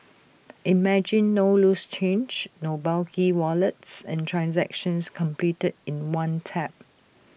imagine no loose change no bulky wallets and transactions completed in one tap